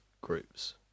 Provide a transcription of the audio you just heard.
groups